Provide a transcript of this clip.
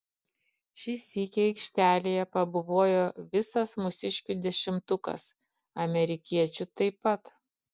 šį sykį aikštelėje pabuvojo visas mūsiškių dešimtukas amerikiečių taip pat